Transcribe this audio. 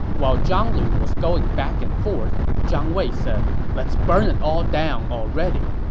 while zhang lu was going back and forth, zhang wei said, let's burn it all down already.